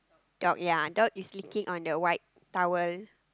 dog ya dog is licking on the white towel